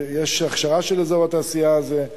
יש הכשרה של אזור התעשייה הזה,